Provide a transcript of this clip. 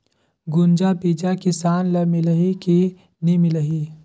गुनजा बिजा किसान ल मिलही की नी मिलही?